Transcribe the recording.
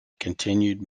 continued